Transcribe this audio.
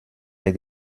des